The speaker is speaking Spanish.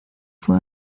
fue